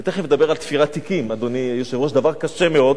ותיכף נדבר על תפירת תיקים, דבר קשה מאוד,